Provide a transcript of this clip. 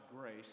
grace